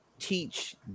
teach